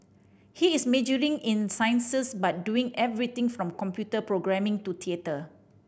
he is majoring in sciences but doing everything from computer programming to theatre